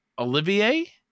Olivier